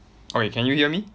okay can you hear me